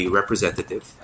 representative